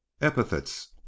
epithets